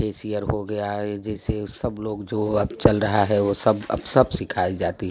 facial हो गया जैसे सब लोग जो चल रहा है वो अब सब सिखाई जाती हैं